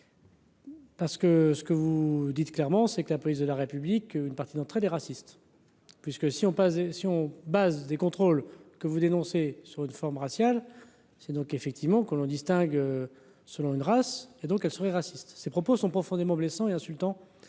Parce que ce que vous dites clairement, c'est que la prise de la République, une partie d'entrer des racistes, puisque si on pas et si on base des contrôles que vous dénoncez sur une forme raciale, c'est donc, effectivement, que l'on distingue selon une race et donc elle serait raciste. Ces propos sont profondément blessant et insultant